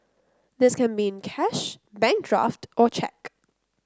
this can be in cash bank draft or cheque